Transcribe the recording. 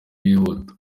wihuta